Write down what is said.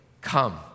Come